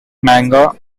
manga